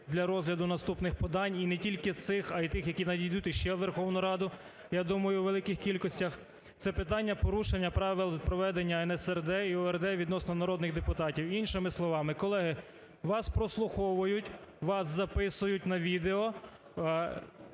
для розгляду наступних подань, і не тільки цих, а і тих, які надійдуть ще у Верховну Раду, я думаю, у великих кількостях, - це питання порушення правил проведення НСРД і ОРД відносно народних депутатів. Іншими словами, колеги, вас прослуховують, вас записують на відео,